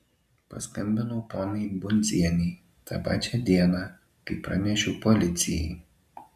paskambinau poniai bundzienei tą pačią dieną kai pranešiau policijai